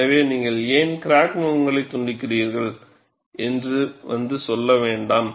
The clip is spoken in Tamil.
எனவே நீங்கள் ஏன் கிராக் முகங்களை துண்டிக்கிறீர்கள் என்று வந்து சொல்ல வேண்டாம்